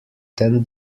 than